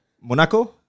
Monaco